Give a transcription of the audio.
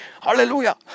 Hallelujah